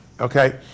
okay